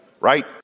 right